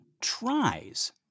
tries